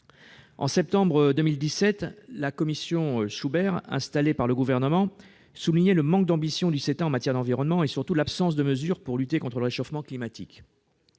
En septembre 2017, la commission Schubert, installée par le Gouvernement, soulignait le manque d'ambition du CETA en matière de protection de l'environnement et surtout l'absence de mesures visant à lutter contre le réchauffement climatique.